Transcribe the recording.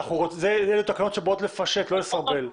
אלה תקנות שבאות לפשט ולא לסרבל.